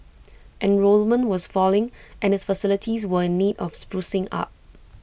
enrolment was falling and its facilities were in need of sprucing up